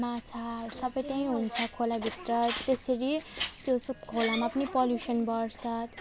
माछाहरू सबै त्यहीँ हुन्छ खोलाभित्र त्यसरी त्यो सब खोलामा पनि पल्युसन बढ्छ